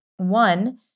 One